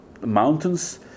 Mountains